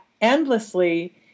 endlessly